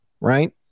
right